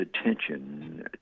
attention